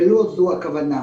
ולא זו הכוונה.